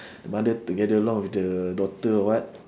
the mother together along with the daughter or what